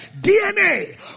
DNA